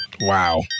Wow